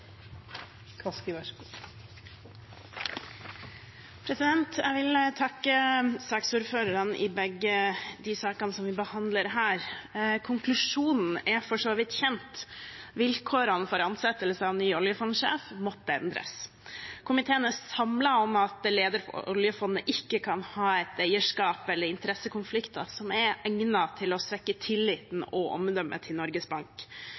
Jeg vil takke saksordførerne for begge de sakene som vi behandler her. Konklusjonen er for så vidt kjent: Vilkårene for ansettelse av ny oljefondsjef måtte endres. Komiteen er samlet om at lederen for oljefondet ikke kan ha eierskap eller interessekonflikter som er egnet til å svekke tilliten og omdømmet til Norges Bank,